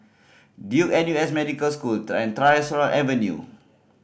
Duke N U S Medical School Tyersall Avenue